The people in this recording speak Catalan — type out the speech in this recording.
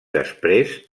després